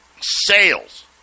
Sales